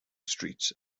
streets